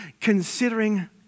considering